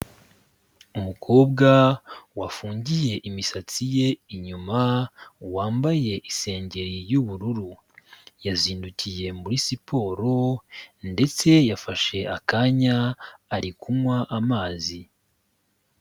Umukobwa wafungiye imisatsi ye inyuma, wambaye isengeri y'ubururu. Yazindukiye muri siporo ndetse yafashe akanya, ari kunywa amazi.